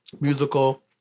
musical